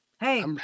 hey